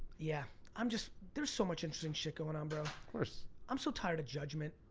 yeah, i'm just, there's so much interesting shit going on, bro. of course. i'm so tired of judgment.